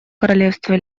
королевства